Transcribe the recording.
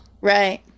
Right